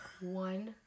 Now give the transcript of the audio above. One